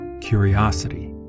curiosity